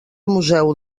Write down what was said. museu